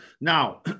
now